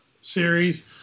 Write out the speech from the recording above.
series